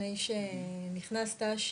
לפני שנכנסת,